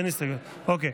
אין הסתייגויות, אוקיי.